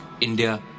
India